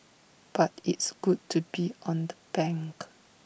but it's good to be on the bank